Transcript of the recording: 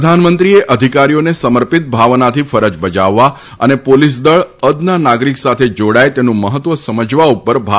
પ્રધાનમંત્રીએ અધિકારીઓને સમર્પિત ભાવનાથી ફરજ બજાવવા અને પોલીસદળ અદના નાગરીક સાથે જોડાય તેનું મહત્વ સમજવા ઉપર ભાર મુકથો હતો